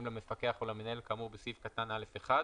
למפקח או למנהל כאמור בסעיף קטן (א)(1),